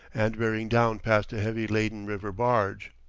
and bearing down past a heavy-laden river barge.